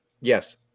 Yes